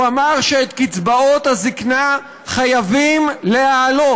הוא אמר שאת קצבאות הזיקנה חייבים להעלות.